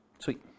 Sweet